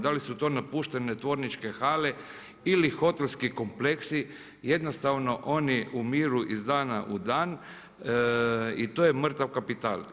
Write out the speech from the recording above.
Da li su to napuštene tvorničke hale ili hotelski kompleksi jednostavno oni umiru iz dana u dan i to je mrtav kapital.